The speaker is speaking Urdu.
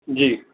جی